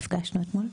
נפגשנו אתמול.